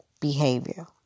behavior